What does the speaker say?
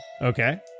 Okay